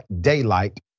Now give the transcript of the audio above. daylight